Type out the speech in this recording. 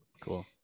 Cool